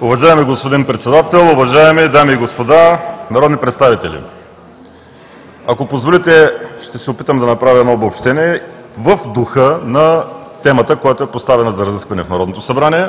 Уважаеми господин Председател, уважаеми дами и господа народни представители! Ако позволите, ще се опитам да направя едно обобщение в духа на темата, която е поставена за разискване в Народното събрание,